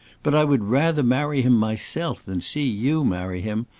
but i would rather marry him myself than see you marry him.